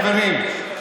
חברים,